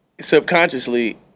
subconsciously